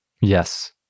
Yes